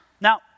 Now